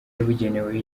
yabugenewe